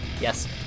Yes